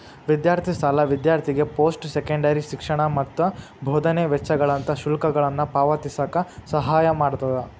ವಿದ್ಯಾರ್ಥಿ ಸಾಲ ವಿದ್ಯಾರ್ಥಿಗೆ ಪೋಸ್ಟ್ ಸೆಕೆಂಡರಿ ಶಿಕ್ಷಣ ಮತ್ತ ಬೋಧನೆ ವೆಚ್ಚಗಳಂತ ಶುಲ್ಕಗಳನ್ನ ಪಾವತಿಸಕ ಸಹಾಯ ಮಾಡ್ತದ